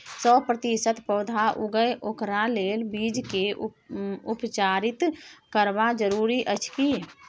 सौ प्रतिसत पौधा उगे ओकरा लेल बीज के उपचारित करबा जरूरी अछि की?